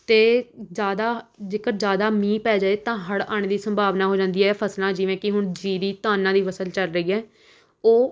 ਅਤੇ ਜ਼ਿਆਦਾ ਜੇਕਰ ਜ਼ਿਆਦਾ ਮੀਂਹ ਪੈ ਜਾਏ ਤਾਂ ਹੜ੍ਹ ਆਉਣ ਦੀ ਸੰਭਵਨਾ ਹੋ ਜਾਂਦੀ ਹੈ ਫਸਲਾਂ ਜਿਵੇਂ ਕਿ ਹੁਣ ਜੀਰੀ ਧਾਨਾਂ ਦੀ ਫਸਲ ਚੱਲ ਰਹੀ ਹੈ ਉਹ